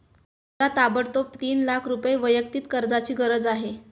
मला ताबडतोब तीन लाख रुपये वैयक्तिक कर्जाची गरज आहे